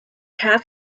half